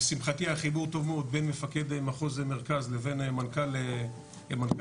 לשמחתי היה חיבור טוב מאוד בין מפקד מחוז מרכז לבין מנכ"ל הדסה,